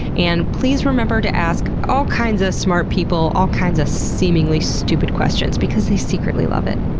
and please, remember to ask all kinds of smart people all kinds of seemingly stupid questions because they secretly love it.